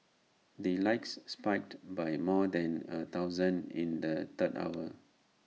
the likes spiked by more than A thousand in the third hour